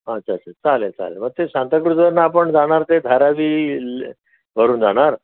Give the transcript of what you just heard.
अच्छा च्छा च्छा चालेल चालेल मग ते सांताक्रूजवरनं आपण जाणार ते धारावी ल वरून जाणार